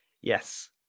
yes